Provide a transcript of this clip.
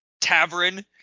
tavern